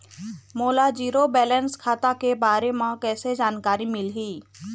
मोला zero balance खाता के बारे म कैसे जानकारी मिलही?